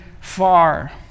far